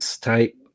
type